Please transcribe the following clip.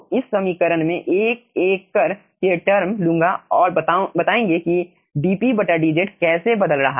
तो इस समीकरण में एक एक कर के टर्म लूंगा और बताएंगे कि dpdz कैसे बदल रहा है